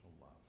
love